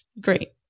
great